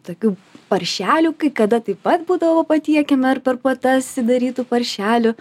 tokių paršelių kai kada taip pat būdavo patiekiama ar per puotas įdarytų paršelių